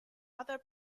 other